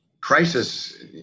Crisis